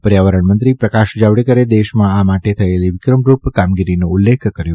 પર્યાવરણમંત્રી પ્રકાશ જાવડેકરે દેશમાં આ માટે થયેલી વિક્રમરૂપ કામગીરીનો ઉલ્લેખ કર્યો